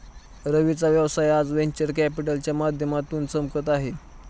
रवीचा व्यवसाय आज व्हेंचर कॅपिटलच्या माध्यमातून चमकत आहे